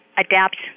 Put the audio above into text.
adapt